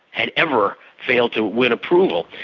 had ever failed to win approval.